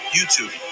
YouTube